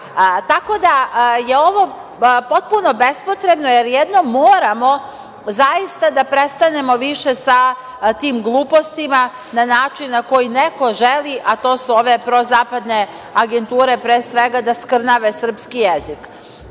itd. Tako da je ovo potpuno bespotrebno, jer jednom moramo zaista da prestanemo više sa tim glupostima na način na koji neko želi, a to su ove prozapadne agenture, pre svega, da skrnavi srpski jezik. Srpski